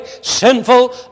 sinful